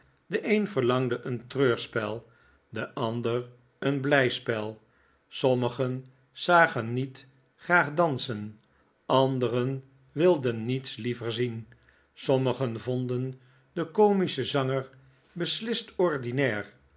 de een verlangde een treurspel de ander een blijspel sommigen zagen niet graag dansen anderen wilden niets liever zien sommigen vonden den komischen zanger beslist ordinair